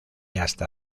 hasta